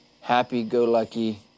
Happy-go-lucky